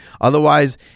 Otherwise